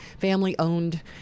family-owned